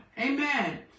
Amen